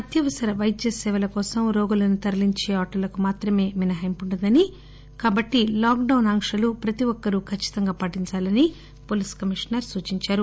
అత్యవసర వైద్య సేవల కోసం రోగులను తరలించే ఆటోలకు మాత్రమే మినహాయింపు వుంటుందని కాబట్టి లాక్ డౌస్ అంక్షలు ప్రతి ఒక్కరూ ఖచ్చితంగా పాటించాలని పోలీస్ కమిషనర్ సూచించారు